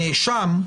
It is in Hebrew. לנאשם,